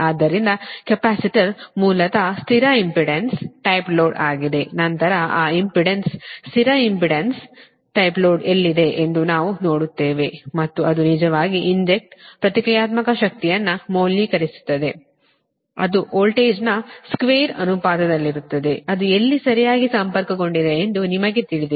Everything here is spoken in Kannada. ಆದ್ದರಿಂದ ಕೆಪಾಸಿಟರ್ ಮೂಲತಃ ಸ್ಥಿರ ಇಂಪೆಡೆನ್ಸ್ ಟೈಪ್ ಲೋಡ್ ಆಗಿದೆ ನಂತರ ಆ ಇಂಪೆಡೆನ್ಸ್ ಸ್ಥಿರ ಇಂಪೆಡೆನ್ಸ್ ಟೈಪ್ ಲೋಡ್ ಎಲ್ಲಿದೆ ಎಂದು ನಾವು ನೋಡುತ್ತೇವೆ ಮತ್ತು ಅದು ನಿಜವಾಗಿ ಇಂಜೆಕ್ಟ್ಸ್ ಪ್ರತಿಕ್ರಿಯಾತ್ಮಕ ಶಕ್ತಿಯನ್ನು ಮೌಲ್ಯೀಕರಿಸುತ್ತದೆ ಅದು ವೋಲ್ಟೇಜ್ನ ಸ್ಕ್ವೇರ್ ಅನುಪಾತದಲ್ಲಿರುತ್ತದೆ ಅದು ಎಲ್ಲಿ ಸರಿಯಾಗಿ ಸಂಪರ್ಕಗೊಂಡಿದೆ ಎಂದು ನಿಮಗೆ ತಿಳಿದಿದೆ